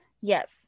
yes